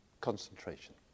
concentration